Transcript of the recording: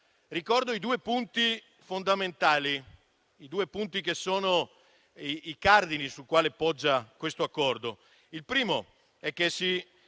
Ricordo i due punti fondamentali, che sono i cardini sui quali poggia questo accordo: il primo è che si